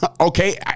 Okay